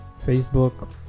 Facebook